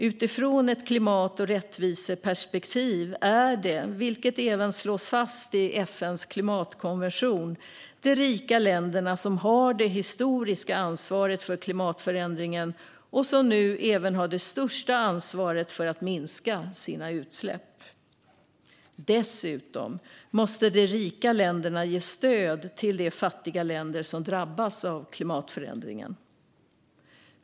Utifrån ett klimat och rättviseperspektiv är det, vilket även slås fast i FN:s klimatkonvention, de rika länderna som har det historiska ansvaret för klimatförändringen och som nu även har det största ansvaret för att minska sina utsläpp. Dessutom måste de rika länderna ge stöd till de fattiga länder som drabbas av klimatförändringen.